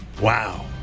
Wow